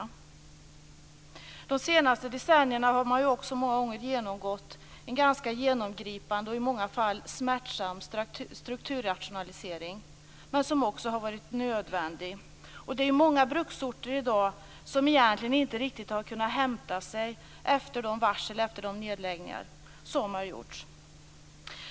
Under de senaste decennierna har man även många gånger genomgått en ganska genomgripande och i många fall smärtsam strukturrationalisering, som dock också har varit nödvändig. Det är i dag många bruksorter som egentligen inte riktigt har kunnat hämta sig efter de varsel och nedläggningar som varit.